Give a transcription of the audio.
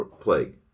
plague